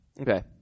Okay